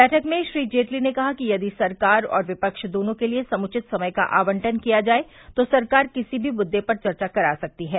बैठक में श्री जेटली ने कहा कि यदि सरकार और विपद्व दोनों के लिए समुवित समय का आवंटन किया जाए तो सरकार किसी भी मुद्दे पर चर्चा करा सकती है